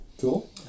Cool